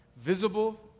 visible